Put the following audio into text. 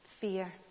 fear